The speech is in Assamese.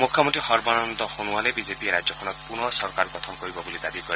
মুখ্যমন্ত্ৰী সৰ্বানন্দ সোণোৱালে বিজেপিয়ে ৰাজ্যখনত পুনৰ চৰকাৰ গঠন কৰিব বুলি দাবী কৰে